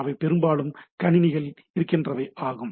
அவை பெரும்பாலும் கணினிகளில் இருக்கின்றவை ஆகும்